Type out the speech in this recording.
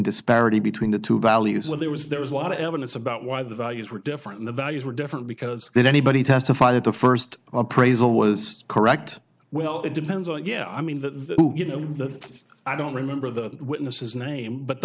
disparity between the two values when there was there was a lot of evidence about why the values were different in the values were different because if anybody testified that the first appraisal was correct well it depends on yeah i mean the you know the i don't remember the witnesses name but the